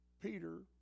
Peter